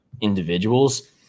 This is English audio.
individuals